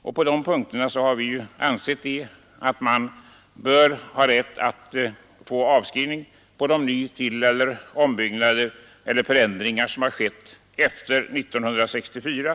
Vi har ansett att man bör ha rätt till avskrivning på de ny-, tilleller ombyggnader som skett efter 1964.